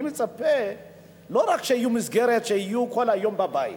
אני מצפה לא רק שתהיה מסגרת שלא יהיו כל היום בבית,